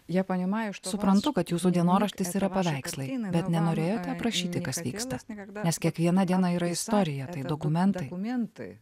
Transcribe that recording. jie paima iš to suprantu kad jūsų dienoraštis yra paveikslą bet nenorėjo prašyti kas vyksta neverta nes kiekvieną dieną yra istorija tai dokumentas dokumentai